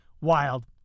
Wild